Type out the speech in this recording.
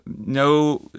no